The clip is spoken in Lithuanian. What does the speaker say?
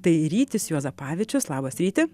tai rytis juozapavičius labas ryti